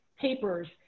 papers